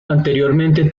anteriormente